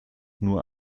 nur